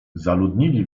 zaludnili